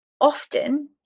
often